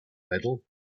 medal